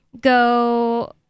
go